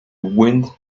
wind